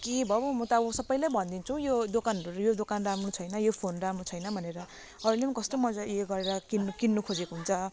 के भयो भयो म त अब सबलाई भनिदिन्छु यो दोकानहरू यो दोकान राम्रो छैन यो फोन राम्रो छैन भनेर अहिले पनि कस्तो मजाले उयो गरेर किन्नु किन्नु खोजेको हुन्छ